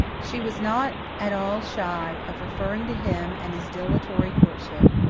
she was not at all shy of referring to him and his dilatory courtship.